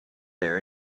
there